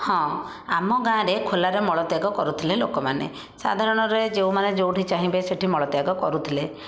ହଁ ଆମ ଗାଁରେ ଖୋଲରେ ମଳତ୍ୟାଗ କରୁଥିଲେ ଲୋକମାନେ ସାଧରଣରେ ଯେଉଁମାନେ ଯେଉଁଠି ଚାହିଁବେ ସେଇଠି ମଳତ୍ୟାଗ କରୁଥିଲେ